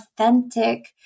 authentic